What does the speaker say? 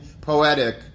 poetic